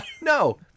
No